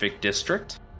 district